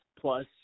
plus